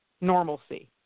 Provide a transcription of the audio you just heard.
normalcy